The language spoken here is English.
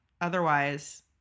otherwise